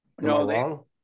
No